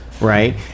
right